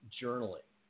journaling